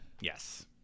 Yes